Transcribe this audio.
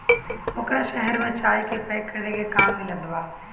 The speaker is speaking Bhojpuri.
ओकरा शहर में चाय के पैक करे के काम मिलत बा